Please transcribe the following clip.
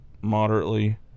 moderately